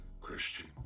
Christian